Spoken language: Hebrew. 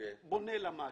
בונה לה משהו,